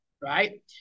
right